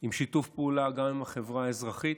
עם שיתוף פעולה גם עם החברה האזרחית,